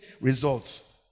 results